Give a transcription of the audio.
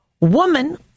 woman